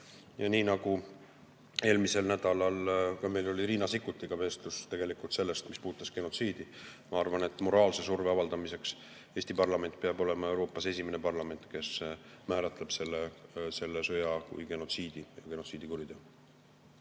argument. Eelmisel nädalal meil oli Riina Sikkutiga vestlus sellest, mis puudutas genotsiidi. Ma arvan, et moraalse surve avaldamiseks peab Eesti parlament olema Euroopas esimene parlament, kes määratleb selle sõja kui genotsiidi, kui genotsiidikuriteo.